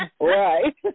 Right